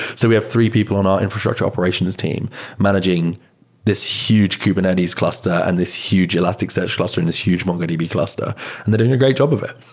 so we have three people on our infrastructure operations team managing this huge kubernetes cluster and this huge elasticsearch cluster and this huge mongodb cluster and they're doing a great job of it.